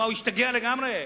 מה, הוא השתגע לגמרי?